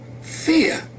Fear